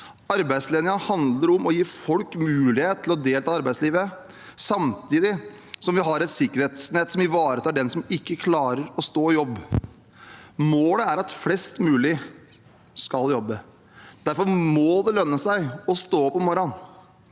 Arbeidslinjen handler om å gi folk mulighet til å delta i arbeidslivet, samtidig som vi har et sikkerhetsnett som ivaretar dem som ikke klarer å stå i jobb. Målet er at flest mulig skal jobbe. Derfor må det lønne seg å stå opp om morgenen.